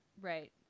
Right